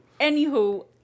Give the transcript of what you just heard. Anywho